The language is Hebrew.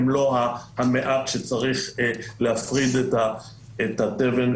הן לא המעט שצריך להפריד את המוץ מהתבן,